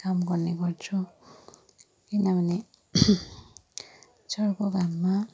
काम गर्ने गर्छु किनभने चर्को घाममा